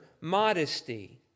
modesty